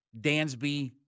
Dansby